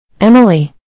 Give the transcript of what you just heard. Emily